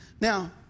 Now